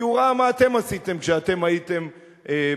כי הוא ראה מה אתם עשיתם כשאתם הייתם בשלטון.